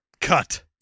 Cut